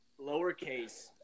lowercase